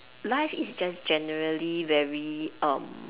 life is just generally very um